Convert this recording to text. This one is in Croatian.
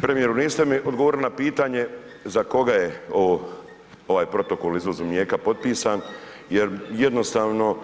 Premijeru niste mi odgovorili na pitanje, za koga je ovo, ovaj protokol o izvozu mlijeka potpisan, jer jednostavno